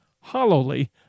hollowly